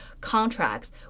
contracts